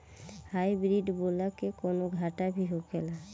Hybrid बोला के कौनो घाटा भी होखेला?